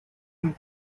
cream